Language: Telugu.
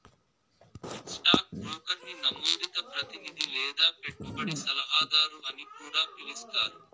స్టాక్ బ్రోకర్ని నమోదిత ప్రతినిది లేదా పెట్టుబడి సలహాదారు అని కూడా పిలిస్తారు